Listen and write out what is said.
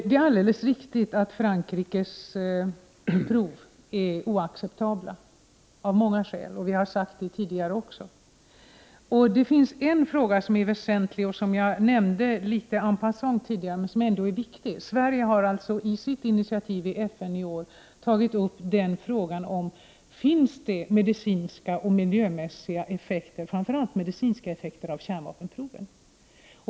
Det är alldeles riktigt att Frankrikes prov är oacceptabla, och det av många skäl — vi har sagt det tidigare också. Det finns en fråga som jag nämnde litet en passant men som ändå är väsentlig: Sverige har i sitt initiativ i FN i år tagit upp frågan, om det finns miljömässiga och framför allt medicinska effekter av kärnvapenproven.